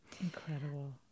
Incredible